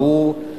ברור,